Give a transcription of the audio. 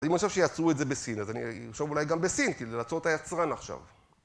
אם אני חושב שיצרו את זה בסין, אז עכשיו אולי גם בסין, כאילו, לעצור את היצרן עכשיו.